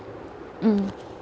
mm